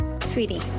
Sweetie